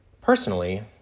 Personally